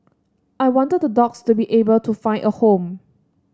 I wanted the dogs to be able to find a home